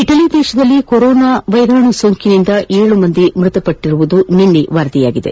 ಇಟಲಿಯಲ್ಲಿ corona ವೈರಾಣು ಸೋಂಕಿನಿಂದ ಏಳು ಮಂದಿ ಮೃತಪಟ್ಟಿರುವುದು ನಿನ್ನೆ ವರದಿಯಾಗಿದೆ